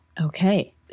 Okay